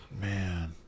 Man